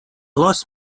lost